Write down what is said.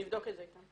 אני אבדוק את זה.